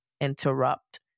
interrupt